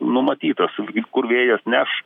numatytas į kur vėjas neš